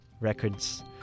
records